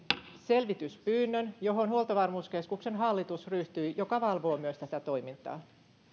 selvityspyynnön johon huoltovarmuuskeskuksen hallitus joka valvoo myös tätä toimintaa